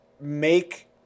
Make